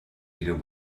guido